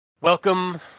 welcome